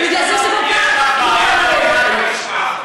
בגלל זה זה כל כך, יש לך בעיה בהבנת הנשמע.